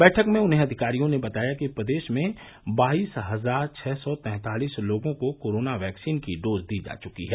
बैठक में उन्हें अधिकारियों ने बताया कि प्रदेश में बाईस हजार छः सौ तैंतालिस लोगों को कोरोना वैक्सीन की डोज दी जा चुकी है